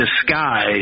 disguise